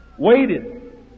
Waited